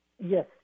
Yes